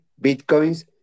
Bitcoins